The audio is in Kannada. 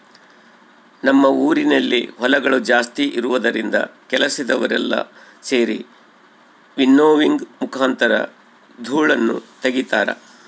ನಮ್ಮ ಊರಿನಲ್ಲಿ ಹೊಲಗಳು ಜಾಸ್ತಿ ಇರುವುದರಿಂದ ಕೆಲಸದವರೆಲ್ಲ ಸೆರಿ ವಿನ್ನೋವಿಂಗ್ ಮುಖಾಂತರ ಧೂಳನ್ನು ತಗಿತಾರ